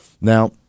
Now